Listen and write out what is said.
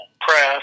press